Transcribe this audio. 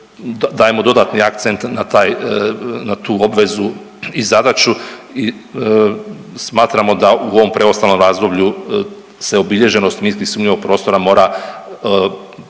dajemo dodatni akcent na tu obvezu i zadaću i smatramo da u ovom preostalom razdoblju se obilježenost minski sumnjivog prostora mora